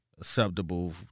acceptable